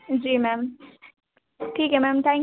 जी ma'am ठीक है ma'am thank